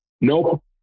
nope